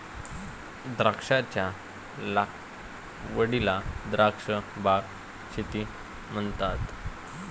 द्राक्षांच्या लागवडीला द्राक्ष बाग शेती म्हणतात